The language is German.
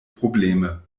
probleme